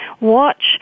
watch